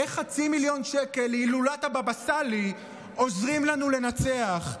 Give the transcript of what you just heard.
איך חצי מיליון שקל להילולת הבבא סאלי עוזרים לנו לנצח?